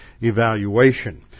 evaluation